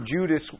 Judas